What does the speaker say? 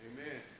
Amen